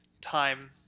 time